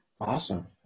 Awesome